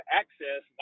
access